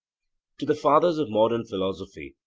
to the fathers of modern philosophy,